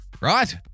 right